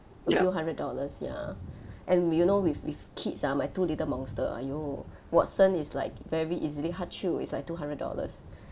a few hundred dollars ya and we you know with with kids ah my two little monster !aiyo! watson is like very easily hah choo is like two hundred dollars